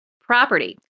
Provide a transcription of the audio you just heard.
Property